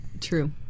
true